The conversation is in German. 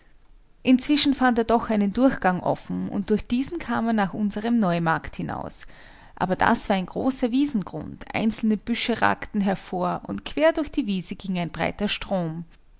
inzwischen fand er doch einen durchgang offen und durch diesen kam er nach unserm neumarkt hinaus aber das war ein großer wiesengrund einzelne büsche ragten hervor und quer durch die wiese ging ein breiter strom